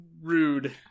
rude